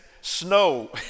Snow